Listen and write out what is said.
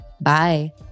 Bye